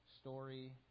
story